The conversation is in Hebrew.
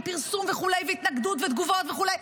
עם פרסום והתנגדות ותגובות וכו'.